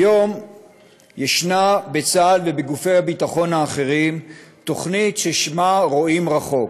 כיום יש בצה"ל ובגופי הביטחון האחרים תוכנית ששמה "רואים רחוק".